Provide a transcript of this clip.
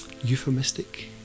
Euphemistic